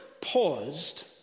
paused